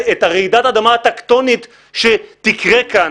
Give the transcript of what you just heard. את רעידת האדמה הטקטונית שתקרה כאן